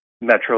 Metro